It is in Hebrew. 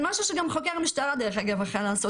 וזה משהו שגם חוקר משטרה היה יכול לעשות,